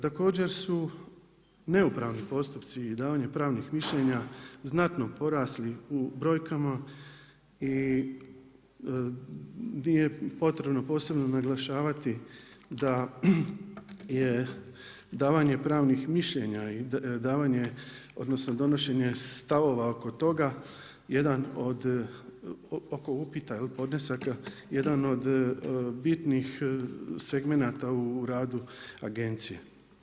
Također su neupravni postupci i davanje pravnih mišljenja znatno porasli u brojkama i nije potrebno posebno naglašavati da je davanje pravnih mišljenja i davanje odnosno donošenje stavova oko toga jedan od oko upita ili podnesaka jedan od bitnih segmenata u radu Agencije.